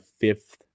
fifth